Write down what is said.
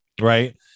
Right